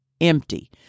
Empty